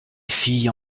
filles